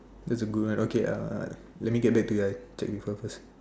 that's a good one okay uh let me get back to you I'll check with her first